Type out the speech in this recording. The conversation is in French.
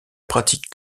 pratique